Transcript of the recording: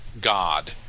God